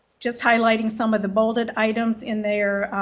just highlighting some of the bolded items in there,